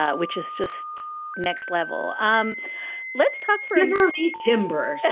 ah which is just next level. um let's talk for yeah ah a timber. so